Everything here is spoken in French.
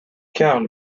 carl